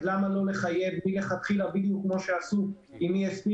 למה לא לחייב מלכתחילה בדיוק כמו שעשו עם ESP